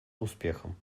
успехом